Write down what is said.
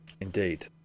Indeed